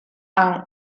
and